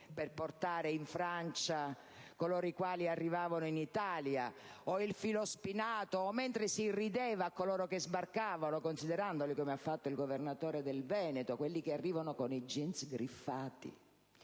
per portare in Francia coloro i quali arrivavano in Italia o il filo spinato; mentre si irridevano coloro che sbarcavano considerandoli, come ha fatto il governatore del Veneto, quelli che arrivano con i jeans griffati;